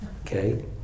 Okay